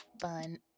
fun